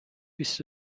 بیست